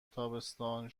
تابستان